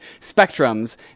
spectrums